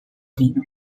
vino